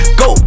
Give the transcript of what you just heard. go